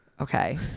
Okay